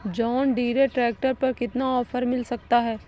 John Deere tractor पर कितना offer मिल सकता है?